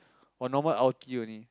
or normal only